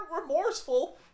remorseful